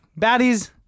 Baddies